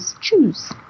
choose